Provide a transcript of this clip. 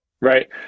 Right